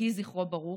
יהי זכרו ברוך.